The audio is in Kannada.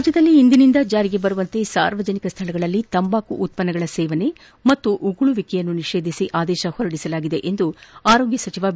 ರಾಜ್ಞದಲ್ಲಿ ಇಂದಿನಿಂದ ಜಾರಿಗೆ ಬರುವಂತೆ ಸಾರ್ವಜನಿಕ ಸ್ವಳಗಳಲ್ಲಿ ತಂಬಾಕು ಉತ್ಪನ್ನಗಳ ಸೇವನೆ ಹಾಗೂ ಉಗುಳುವಿಕೆಯನ್ನು ನಿಷೇಧಿಸಿ ಆದೇಶ ಹೊರಡಿಸಲಾಗಿದೆ ಎಂದು ಆರೋಗ್ಯ ಸಚಿವ ಬಿ